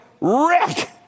Rick